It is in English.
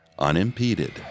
unimpeded